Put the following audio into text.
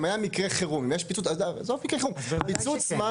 אם היה מקרה חירום, אם היה פיצוץ מים,